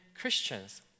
Christians